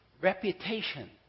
Reputation